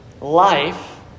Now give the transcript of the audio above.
life